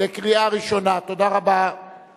49 בעד, 20 נגד,